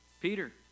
Peter